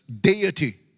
Deity